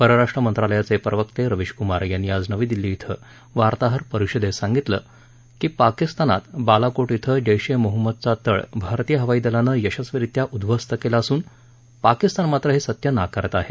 परराष्ट्र मंत्रालयाचे प्रवक्ते रवीश कुमार यांनी आज नवी दिल्ली कुं वार्ताहर परिषदेत सांगितलं की पाकिस्तानात बालाकोट कुं जैश ए मुहम्मदचा तळ भारतीय हवाई दलानं यशस्वीरीत्या उद्ध्वस्त केला असून पाकिस्तान मात्र हे सत्य नाकारत आहे